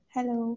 Hello